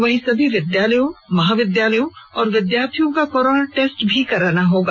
वहीं सभी विद्यालयों महाविद्यालयों में विद्यार्थियों का कोरोना टेस्ट कराना होगा